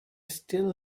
still